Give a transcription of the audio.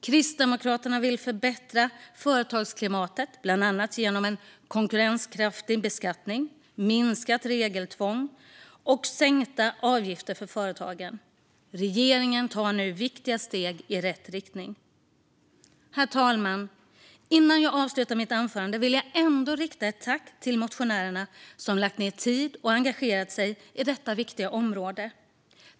Kristdemokraterna vill förbättra företagsklimatet, bland annat genom en konkurrenskraftig beskattning, minskat regelkrångel och sänkta avgifter för företagen. Regeringen tar nu viktiga steg i rätt riktning. Herr talman! Innan jag avslutar mitt anförande vill jag ändå rikta ett tack till motionärerna som lagt ned tid och engagerat sig i detta viktiga område.